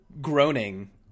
groaning